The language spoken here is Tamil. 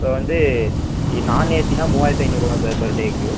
இப்பபோ வந்து நான் ஏசினா மூவாயிரத்து ஐநூறு ரூபாய் சார் பர் டேக்கு